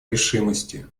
решимости